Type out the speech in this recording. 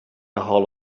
ahold